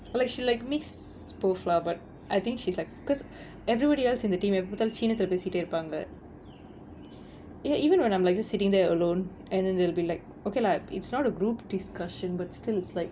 like she like mix both lah but I think she's like because everybody else in the team எப்ப பார்த்தாலும் சீனத்துல பேசிட்டே இருப்பாங்க:eppa paarthaalum chinnathula pesittae iruppaanga even when I'm like just sitting there alone and then they'll be like okay lah it's not a group discussion but still it's like